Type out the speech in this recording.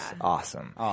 awesome